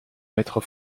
mettre